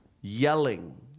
yelling